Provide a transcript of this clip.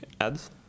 Ads